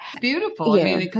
Beautiful